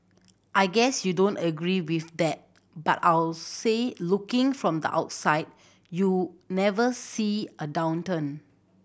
I guess you don't agree with that but I'll say looking from the outside you never see a downturn